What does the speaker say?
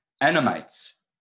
animates